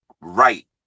right